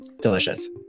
delicious